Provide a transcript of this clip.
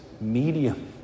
medium